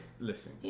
Listen